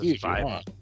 five